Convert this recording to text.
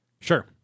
Sure